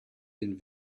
den